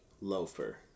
loafer